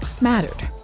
mattered